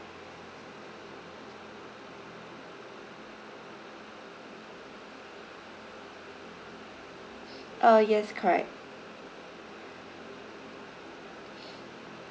uh yes correct